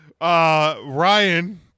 Ryan